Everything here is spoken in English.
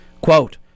Quote